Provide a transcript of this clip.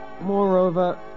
moreover